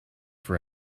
for